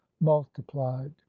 multiplied